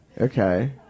okay